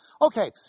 Okay